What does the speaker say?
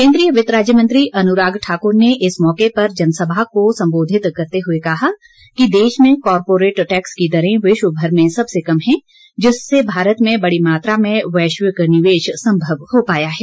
केन्द्रीय वित्त राज्य मंत्री अनुराग ठाकुर ने इस मौके पर जनसभा को संबोधित करते हुए कहा कि देश में कॉरपोरेट टैक्स की दरें विश्वभर में सबसे कम हैं जिससे भारत में बड़ी मात्रा में वैश्विक निवेश संभव हो पाया है